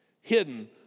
Hidden